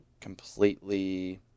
completely